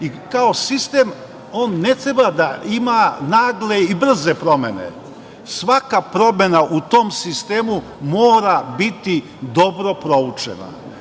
i kao sistem on ne treba da ima nagle i brze promene. Svaka promena u tom sistemu mora biti dobro proučena.